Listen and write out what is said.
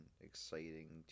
exciting